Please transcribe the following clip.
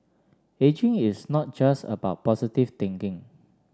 ageing is not just about positive thinking